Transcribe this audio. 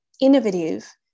innovative